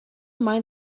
mind